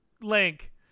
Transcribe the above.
link